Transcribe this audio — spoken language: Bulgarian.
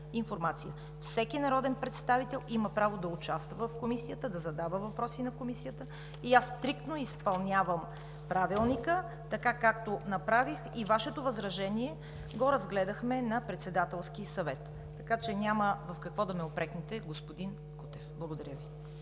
Всеки народен представител има право да участва в Комисията, да задава въпроси на Комисията. Аз стриктно изпълнявам Правилника, така както направих – и Вашето възражение го разгледахме на Председателски съвет, така че няма в какво да ме упрекнете, господин Кутев. Благодаря Ви.